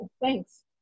Thanks